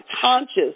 conscious